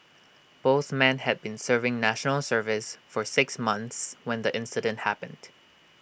both men had been serving National Service for six months when the incident happened